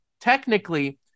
technically